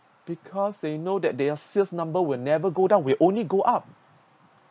because they know that their sales number will never go down will only go up